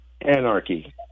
anarchy